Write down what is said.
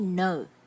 No